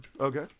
Okay